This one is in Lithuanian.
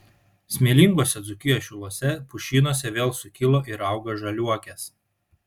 smėlinguose dzūkijos šiluose pušynuose vėl sukilo ir auga žaliuokės